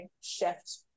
shift